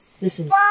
Listen